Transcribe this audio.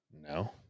No